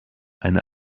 eine